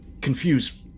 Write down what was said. confused